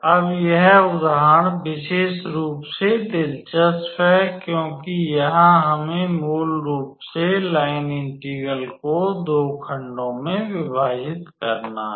अब यह उदाहरण विशेष रूप से दिलचस्प है क्योंकि यहां हमें मूल रूप से लाइन इंटीग्रल को दो खंडों में विभाजित करना है